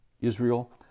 Israel